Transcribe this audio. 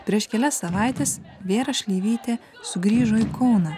prieš kelias savaites vėra šleivytė sugrįžo į kauną